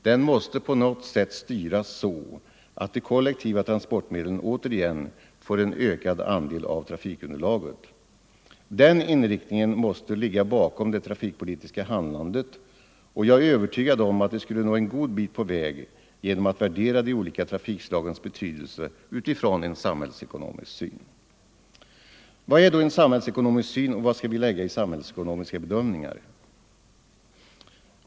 Den måste på något sätt styras så att de kollektiva transportmedlen återigen får en ökad andel av trafikunderlaget. Den inriktningen måste ligga bakom det trafikpolitiska handlandet, och jag är övertygad om att vi skulle nå en god bit på väg genom att värdera de olika trafikslagens betydelse utifrån en samhällsekonomisk syn. Vad är då en samhällsekonomisk syn, och vad skall man lägga i begreppet samhällsekonomisk bedömning?